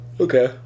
Okay